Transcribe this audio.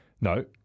No